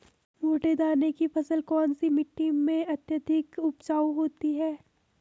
मोटे दाने की फसल कौन सी मिट्टी में अत्यधिक उपजाऊ होती है?